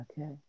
Okay